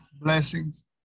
blessings